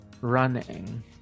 running